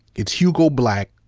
it's hugo black,